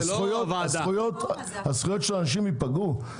הזכויות של אנשים ייפגעו?